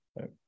right